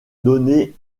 donné